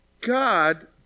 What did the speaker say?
God